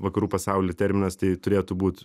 vakarų pasauly terminas tai turėtų būt